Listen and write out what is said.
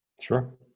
Sure